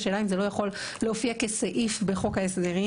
השאלה אם זה לא יכול להופיע כסעיף בחוק ההסדרים.